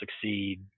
succeed